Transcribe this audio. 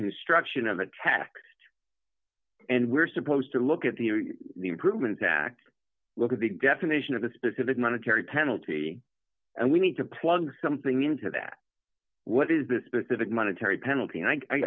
construction of a tax and we're supposed to look at the improvements act look at the definition of a specific monetary penalty and we need to plug something into that what is the specific monetary penalty and i